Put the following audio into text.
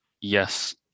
yes